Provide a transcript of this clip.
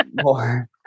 more